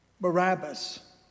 Barabbas